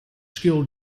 scale